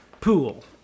pool